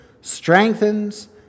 strengthens